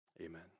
Amen